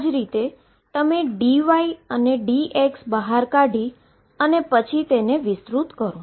આ જ રીતે તમે dy dx બહાર કાઢી અને પછી વિસ્તૃત કરો